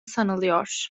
sanılıyor